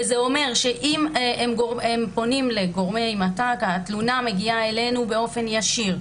זה אומר שאם הם פונים לגורמי מת"ק התלונה מגיעה אלינו באופן ישיר,